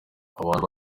abantu